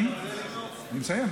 אני מסיים,